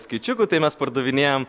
skaičiukų tai mes pardavinėjam